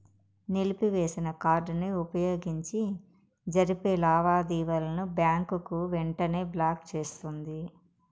నిలిపివేసిన కార్డుని వుపయోగించి జరిపే లావాదేవీలని బ్యాంకు వెంటనే బ్లాకు చేస్తుంది